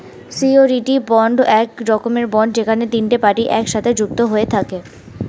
surety bond এক রকমের bond যেখানে তিনটে পার্টি একসাথে যুক্ত হয়ে থাকে